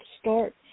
start